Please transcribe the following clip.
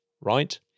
right